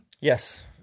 Yes